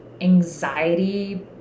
anxiety